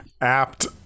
apt